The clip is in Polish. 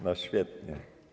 No świetnie.